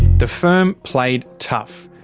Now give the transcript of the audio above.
the firm played tough.